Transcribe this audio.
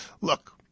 look